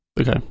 okay